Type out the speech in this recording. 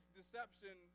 deception